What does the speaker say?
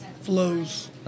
flows